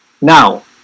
Now